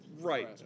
right